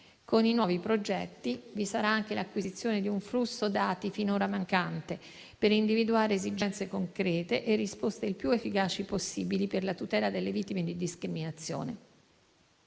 Con i nuovi progetti vi sarà anche l'acquisizione di un flusso dati finora mancante, per individuare esigenze concrete e risposte più efficaci possibili per la tutela delle vittime di discriminazione.